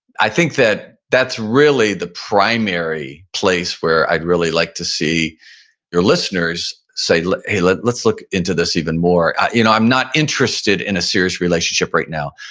i think that that's really the primary place where i'd really like to see your listeners say, like hey, let's let's look into this even more. you know i'm not interested in a serious relationship right now.